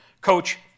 Coach